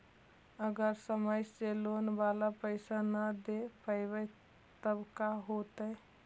अगर समय से लोन बाला पैसा न दे पईबै तब का होतै?